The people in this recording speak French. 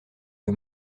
que